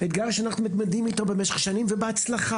אתגר שאנחנו מתמודדים איתו במשך שנים בהצלחה.